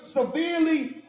severely